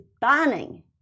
banning